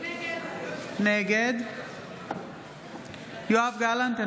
נגד יואב גלנט,